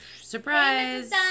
Surprise